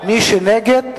ומי שנגד,